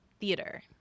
theater